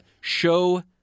show